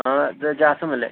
ആ ഇത് ജാസിമല്ലേ